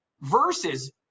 versus